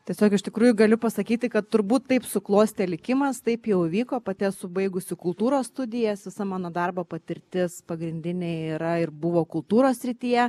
tiesiog iš tikrųjų galiu pasakyti kad turbūt taip susiklostė likimas taip jau įvyko pati esu baigusi kultūros studijas visa mano darbo patirtis pagrindinėj yra ir buvo kultūros srityje